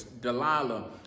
Delilah